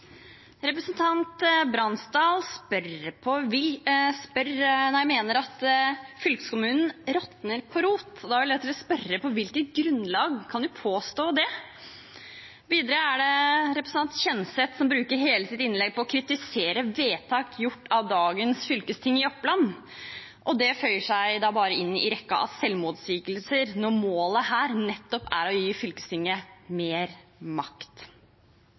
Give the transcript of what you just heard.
Bransdal mener at fylkeskommunen råtner på rot. Da har jeg lyst til å spørre: På hvilket grunnlag kan hun påstå det? Videre bruker representanten Kjenseth hele sitt innlegg på å kritisere vedtak gjort av dagens fylkesting i Oppland. Det føyer seg bare inn i rekken av selvmotsigelser når målet her nettopp er å gi fylkestinget mer makt.